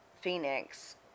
Phoenix